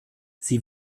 sie